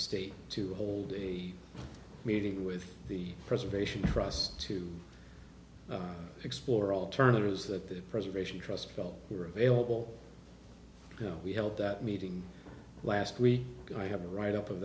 state to hold a meeting with the preservation trust to explore alternatives that preservation trust felt were available you know we helped that meeting last week i have a write up of